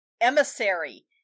Emissary